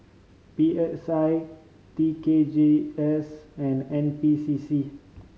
P S I T K G S and N P C C